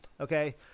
okay